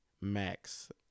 Max